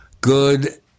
good